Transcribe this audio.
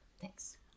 Thanks